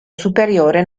superiore